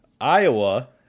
Iowa